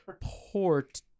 port